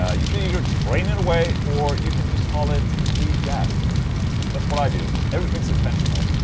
ah you can either train it away or you can just call it free jazz that's what i do. everything is intentional,